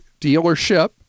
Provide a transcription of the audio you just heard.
dealership